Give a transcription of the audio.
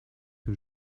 que